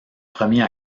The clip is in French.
premier